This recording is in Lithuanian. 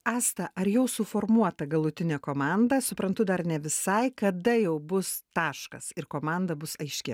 asta ar jau suformuota galutinė komanda suprantu dar ne visai kada jau bus taškas ir komanda bus aiški